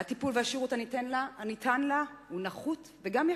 הטיפול והשירות הניתנים לה הם נחותים,